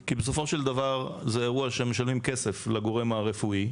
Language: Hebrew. כי בסופו של דבר זה אירוע שהם משלמים כסף לגורם הרפואי.